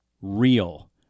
real